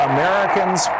Americans